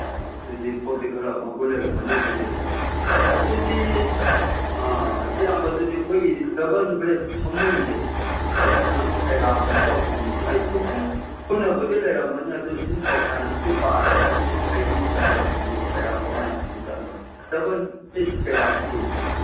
ꯑꯣ ꯑꯗꯨꯗꯤ ꯄꯣꯠꯁꯤ ꯈꯔ ꯃꯒꯨꯟ ꯂꯩꯔꯝꯃꯅꯤ ꯑꯗꯨꯗꯤ ꯑꯣꯖꯥ ꯑꯗꯨꯗꯤ ꯏꯌꯥꯝꯕ ꯑꯗꯨꯗꯤ ꯑꯩꯈꯣꯏꯒꯤ ꯗꯕꯜ ꯕꯦꯗ ꯐꯃꯨꯡꯁꯦ ꯑꯗꯨꯅ ꯀꯌꯥꯃꯨꯛꯀ ꯃꯃꯜ ꯑꯩ ꯄꯨꯟꯅꯕꯨꯗꯤ ꯂꯩꯔꯝꯃꯅꯤ ꯑꯗꯨ ꯁꯨꯝ ꯇꯣꯈꯥꯏꯅ ꯍꯥꯏꯐꯦꯠ ꯄꯥꯔꯒ ꯑꯩ ꯁꯨꯝ ꯍꯪꯖꯔꯛꯄꯅꯤ ꯀꯌꯥꯝ ꯀꯃꯥꯏ ꯐꯔꯤꯖꯥꯠꯅꯣ ꯗꯕꯜ ꯕꯦꯗꯁꯤ ꯀꯌꯥꯃꯨꯛ ꯑꯣꯏꯕꯤꯒꯦ